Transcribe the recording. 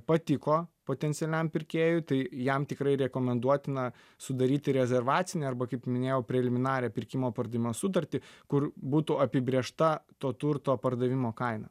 patiko potencialiam pirkėjui tai jam tikrai rekomenduotina sudaryti rezervacinę arba kaip minėjau preliminarią pirkimo pardavimo sutartį kur būtų apibrėžta to turto pardavimo kaina